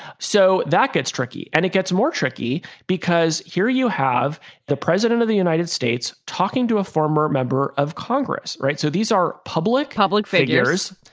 so that gets tricky. and it gets more tricky because here you have the president of the united states talking to a former member of congress. right. so these are public public figures,